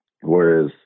whereas